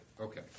Okay